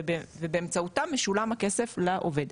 ובאמצעותם משולם הכסף לעובד,